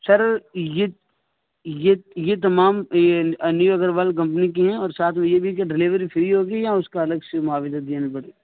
سر یہ یہ یہ تمام نیو اگروال کمپنی کی ہیں اور ساتھ میں یہ کہ ڈلیوری فری ہوگی یا اس کا الگ سے معاوضہ دینا پڑے گا